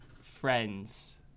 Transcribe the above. friends